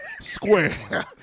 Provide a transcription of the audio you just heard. Square